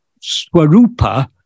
Swarupa